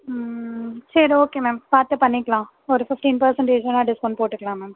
சரி okay ma'am பார்த்து பண்ணிக்கலாம் ஒரு ஃபிஃப்டீன் பேர்ஸென்டேஜ் வேணா டிஸ்கவுண்ட் போட்டுக்கலாம் மேம்